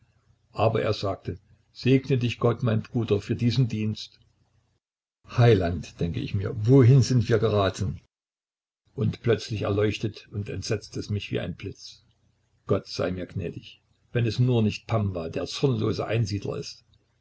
aber er sagte segne dich gott mein bruder für diesen dienst heiland denke ich mir wohin sind wir geraten und plötzlich erleuchtet und entsetzt es mich wie ein blitz gott sei mir gnädig wenn es nur nicht pamwa der zornlose einsiedler ist